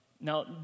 Now